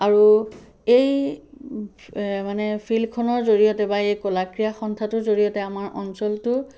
আৰু এই ফিল্ডখনৰ জড়িয়তে বা এই কলাক্ৰীড়া সন্থাটোৰ জড়িয়তে আমাৰ অঞ্চলটো